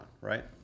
right